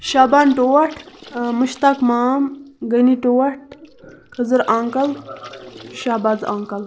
شابان ٹوٹھ مُشتاق مام غنی ٹوٹھ خضر اَنکَل شہباز اَنکَل